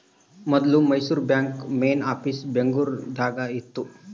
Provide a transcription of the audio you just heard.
ಮೊದ್ಲು ಮೈಸೂರು ಬಾಂಕ್ದು main office Bengaluru ದಾಗ ಇತ್ತು